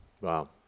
wow